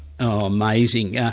ah amazing. yeah